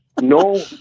No